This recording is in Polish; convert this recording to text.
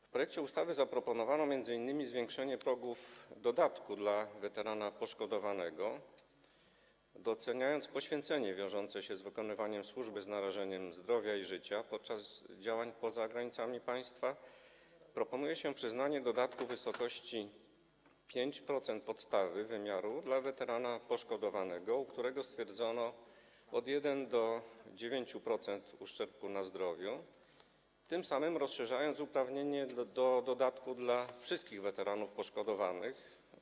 W projekcie ustawy zaproponowano m.in. zwiększenie progów dodatku dla weterana poszkodowanego, doceniając poświęcenie wiążące się z wykonywaniem służby z narażeniem zdrowia i życia podczas działań poza granicami państwa, przyznanie dodatku w wysokości 5% podstawy wymiaru dla weterana poszkodowanego, u którego stwierdzono od 1% do 9% uszczerbku na zdrowiu, rozszerzając tym samym uprawnienie do dodatku na wszystkich weteranów poszkodowanych.